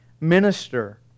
minister